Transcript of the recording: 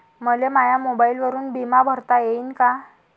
मले माया मोबाईलवरून बिमा भरता येईन का?